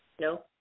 No